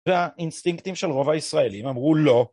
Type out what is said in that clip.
והאינסטינקטים של רוב הישראלים אמרו לא.